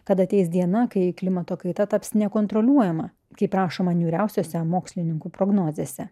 kad ateis diena kai klimato kaita taps nekontroliuojama kaip rašoma niūriausiuose mokslininkų prognozėse